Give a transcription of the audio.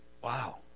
wow